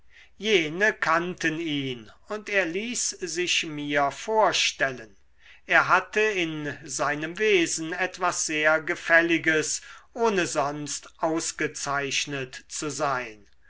jene kannten ihn und er ließ sich mir vorstellen er hatte in seinem wesen etwas sehr gefälliges ohne sonst ausgezeichnet zu sein